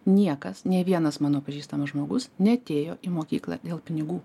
niekas nei vienas mano pažįstamas žmogus neatėjo į mokyklą dėl pinigų